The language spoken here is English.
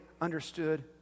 understood